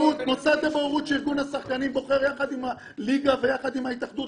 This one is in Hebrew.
לבוררות שארגון השחקנים בוחר יחד עם הליגה ויחד עם ההתאחדות,